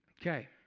Okay